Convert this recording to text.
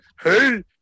hey